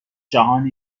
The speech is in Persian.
جهان